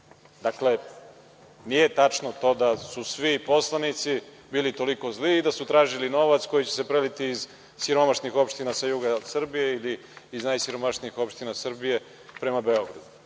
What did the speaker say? nivou. Dakle, nije tačno to da su svi poslanici bili toliko zli i da su tražili novac koji će se preliti iz siromašnih opština sa juga Srbije ili iz najsiromašnijih opština Srbije prema Beogradu. Dakle,